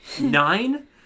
Nine